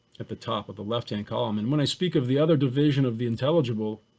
at the top of the left hand column, and when i speak of the other division of the intelligible,